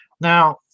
Now